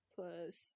Plus